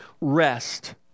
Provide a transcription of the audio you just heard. rest